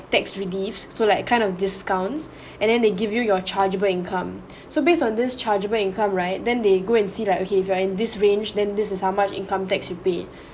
tax reliefs so like kind of discounts and then they give you your chargeable income so based on this chargeable income right then they go and see like okay if you're in this range then this is how much income tax you pay